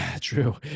True